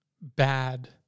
bad